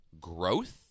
growth